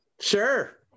Sure